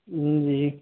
جی جی